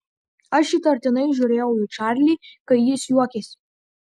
aš įtartinai žiūrėjau į čarlį kai jis juokėsi